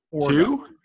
two